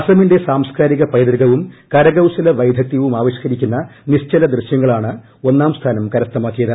അസമിന്റെ സാംസ്കാരിക പൈതൃകം കരകൌശല വൈദഗ്ധൃവും ആവിഷ്ക്കരിക്കുന്ന നിശ്ചല ദൃശ്യമാണ് ഒന്നാം സ്ഥാനം കരസ്ഥമാക്കിയത്